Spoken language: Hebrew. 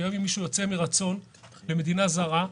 היום אם מישהו יוצא מרצון למדינה זרה,